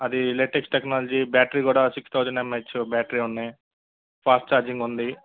అది latest technology battery కూడా six thousand MH battery ఉన్నాయి ఫాస్ట్ ఛార్జింగ్ ఉంది